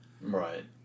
right